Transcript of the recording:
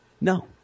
no